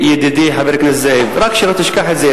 ידידי חבר הכנסת זאב, רק שלא תשכח את זה.